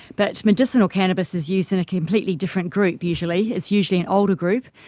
but medicinal cannabis is used in a completely different group usually, it's usually an older group,